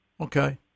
Okay